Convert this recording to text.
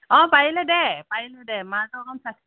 অ' পাৰিলে দে পাৰিলে দে মাছ অকণ